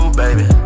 baby